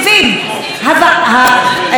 את התוכנית הזאת,